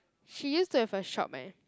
she used to have a shop eh